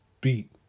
beat